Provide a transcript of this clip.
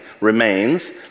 remains